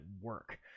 work